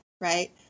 right